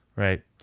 Right